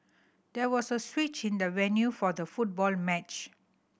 there was a switch in the venue for the football match